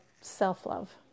self-love